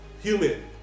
Human